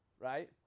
right